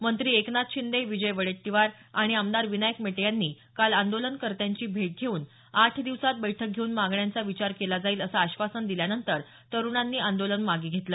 मंत्री एकनाथ शिंदे विजय वडेट्टीवार आणि आमदार विनायक मेटे यांनी काल आंदोलनकर्त्यांची भेट घेऊन आठ दिवसात बैठक घेऊन मागण्यांचं विचार केला जाईल असं आश्वासन दिल्यानंतर तरुणांनी आंदोलन मागे घेतलं